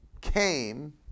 came